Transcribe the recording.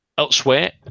Elsewhere